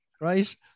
Right